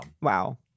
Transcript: Wow